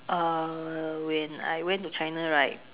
when I went to China right